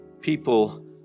people